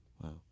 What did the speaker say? Wow